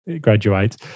graduates